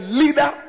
leader